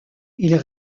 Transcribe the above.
ils